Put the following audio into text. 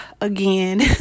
again